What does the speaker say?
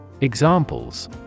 Examples